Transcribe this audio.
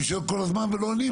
אני שואל כל הזמן ולא עונים לי.